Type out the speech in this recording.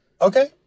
Okay